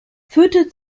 führte